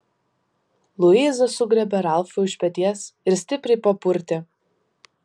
luiza sugriebė ralfui už peties ir stipriai papurtė